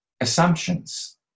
assumptions